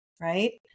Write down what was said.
right